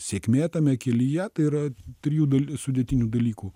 sėkmė tame kelyje tai yra trijų dalių sudėtinių dalykų